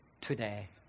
today